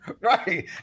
Right